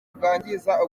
bwangiza